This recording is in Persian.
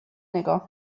نگاه